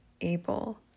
able